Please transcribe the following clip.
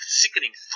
sickening